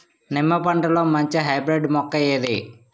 నిమ్మ పంటలో మంచి హైబ్రిడ్ మొక్క ఏది?